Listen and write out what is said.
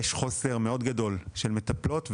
יש חוסר מאוד גדול של מטפלות,